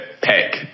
pick